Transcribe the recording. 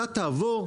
אתה תעבור,